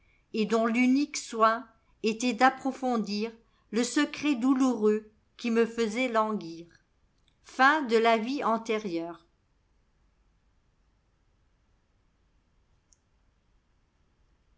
et dont l'unique soin était d'approfondirle secret douloureux qui me faisait languir